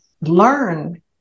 learn